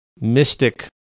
mystic